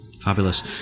Fabulous